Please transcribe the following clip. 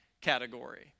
category